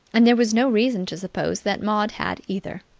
and there was no reason to suppose that maud had either.